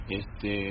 este